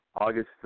August